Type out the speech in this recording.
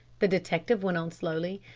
the detective went on slowly,